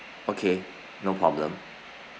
okay no problem